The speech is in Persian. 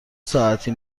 ساعتی